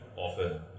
often